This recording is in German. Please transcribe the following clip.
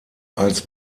als